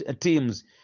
teams